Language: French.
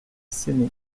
séné